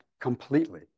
completely